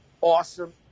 awesome